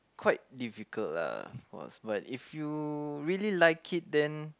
quite difficult lah of course but if you really like it then